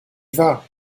vas